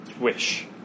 wish